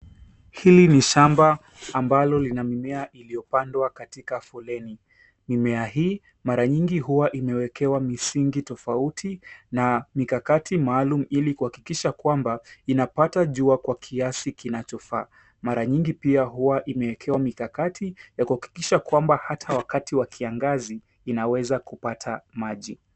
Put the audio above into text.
Hili ni shamba ambalo lina mimea iliyopandwa katika foleni. Mimea hii mara nyingi huwa imewekewa misingi tofauti na mikakati maalum ili kuhakikisha kwamba inapata jua kwa kiasi kinachofaa. Mara nyingi pia huwa imewekewa mikakati ya kuhakikisha kwamba hata wakati wa kiangazi inaweza kupata maji.